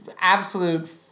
absolute